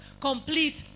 complete